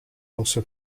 also